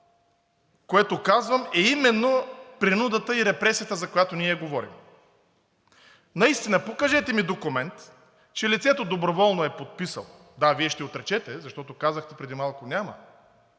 което казвам, е именно принудата и репресията, за която ние говорим. Наистина, покажете ми документ, че лицето доброволно е подписало. Да, Вие ще отречете, защото казахте преди малко: „Няма.“